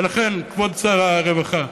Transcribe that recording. ולכן, כבוד שר הרווחה,